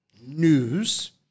news